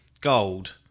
Gold